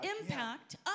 impact